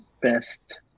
best